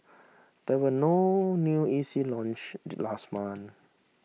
there were no new E C launch the last month